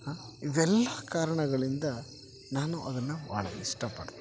ಹಾಂ ಇವೆಲ್ಲ ಕಾರಣಗಳಿಂದ ನಾನು ಅದನ್ನು ಭಾಳ ಇಷ್ಟಪಡ್ತೀನಿ